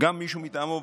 גם מישהו מטעמו,